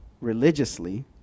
religiously